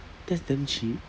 that's damn cheap